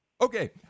Okay